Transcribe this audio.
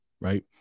right